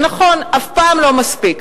ונכון, אף פעם לא מספיק.